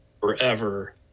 Forever